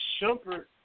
Shumpert